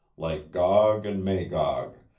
like gog and magog,